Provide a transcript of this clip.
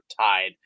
tied